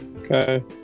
Okay